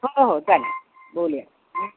हो हो चालेल बोलूयात हं